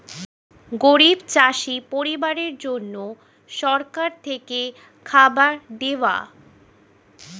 গরিব চাষি পরিবারের জন্য সরকার থেকে খাবার দেওয়া